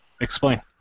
explain